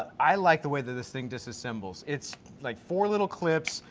i like the way that this thing disassembles. it's like four little clips,